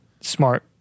Smart